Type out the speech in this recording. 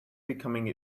becoming